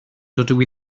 dydw